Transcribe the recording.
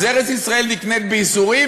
אז ארץ-ישראל נקנית בייסורים?